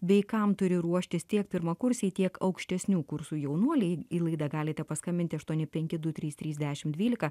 bei kam turi ruoštis tiek pirmakursiai tiek aukštesnių kursų jaunuoliai į laidą galite paskambinti aštuoni penki du trys trys dešimt dvylika